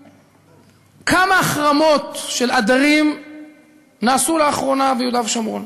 כמה החרמות של עדרים נעשו לאחרונה ביהודה ושומרון.